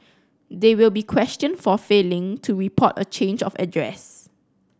they will be questioned for failing to report a change of address